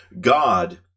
god